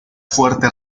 fuerte